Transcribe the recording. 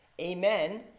amen